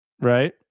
right